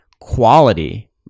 quality